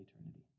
eternity